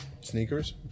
Sneakers